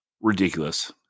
ridiculous